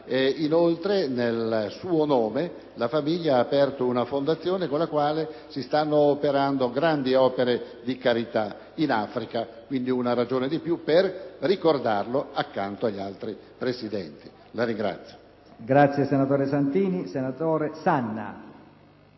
Inoltre, nel suo nome, la famiglia ha creato una fondazione, grazie alla quale si stanno realizzando grandi opere di carità in Africa. È una ragione di più per ricordarlo accanto agli altri Presidenti. **Sulla